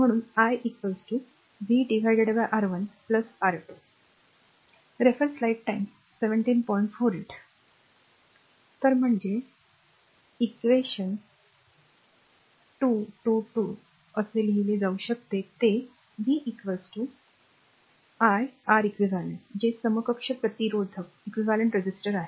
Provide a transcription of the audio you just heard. म्हणून i v R1 R2 तर म्हणजे २२२ समीकरण असे लिहिले जाऊ शकते ते v i R eq जे समकक्ष प्रतिरोधक आहे